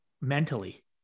mentally